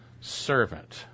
servant